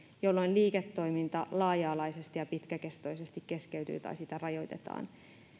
jolloin liiketoiminta laaja alaisesti ja pitkäkestoisesti keskeytyy tai sitä rajoitetaan